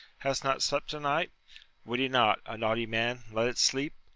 hast not slept to-night? would he not, a naughty man, let it sleep?